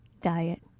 diet